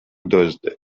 دزده